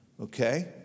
Okay